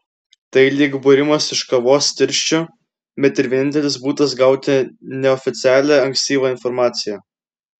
tai lyg būrimas iš kavos tirščių bet ir vienintelis būdas gauti neoficialią ankstyvą informaciją